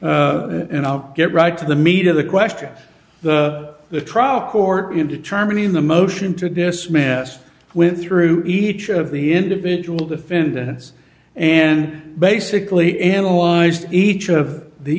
to and i'll get right to the meat of the question the the trial court in determining the motion to dismiss when through each of the individual defendants and basically analyzed each of the